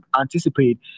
anticipate